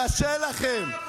אתה בושה וחרפה,